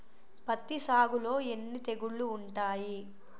పత్తి సాగులో ఎన్ని తెగుళ్లు ఉంటాయి?